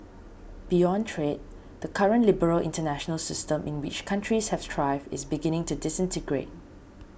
beyond trade the current liberal international system in which countries have thrived is beginning to disintegrate